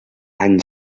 any